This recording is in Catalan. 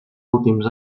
últims